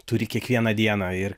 turi kiekvieną dieną ir